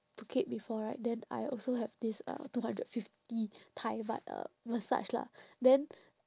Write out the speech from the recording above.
phuket before right then I also have this uh two hundred fifty thai baht uh massage lah then